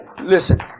listen